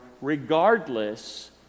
regardless